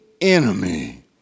enemy